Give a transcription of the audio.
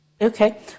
Okay